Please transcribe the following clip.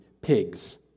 pigs